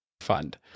fund